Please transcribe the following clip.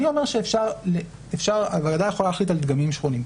אני אומר שהוועדה יכולה להחליט על דגמים שונים,